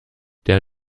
der